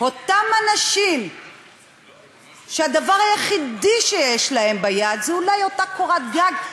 אותם אנשים שהדבר היחידי שיש להם ביד זה אולי אותה קורת גג,